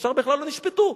השאר בכלל לא נשפטו.